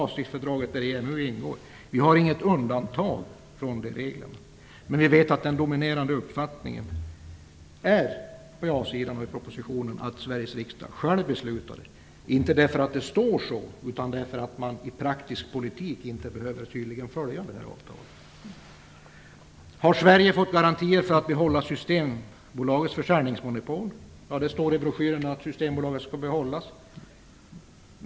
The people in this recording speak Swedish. Vi har inget undantag från de reglerna. Vi vet ju att den dominerande uppfattningen hos ja-sidan och i propositionen är att Sveriges riksdag själv beslutar om detta, inte därför att det står så utan därför att man i praktisk politik tydligen inte behöver följa avtalet. Har Sverige fått garantier för att kunna behålla Systembolagets försäljningsmonopol? I broschyren står det att Systembolaget skall behållas.